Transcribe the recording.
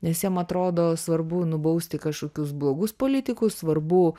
nes jiem atrodo svarbu nubausti kažkokius blogus politikus svarbu